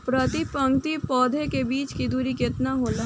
प्रति पंक्ति पौधे के बीच की दूरी केतना होला?